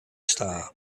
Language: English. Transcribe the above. star